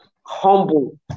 humble